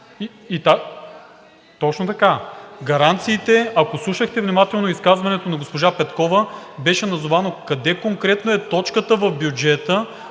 Точно така. Гаранциите, ако слушахте внимателно изказването на госпожа Петкова, беше назовано къде конкретно е точката в бюджета,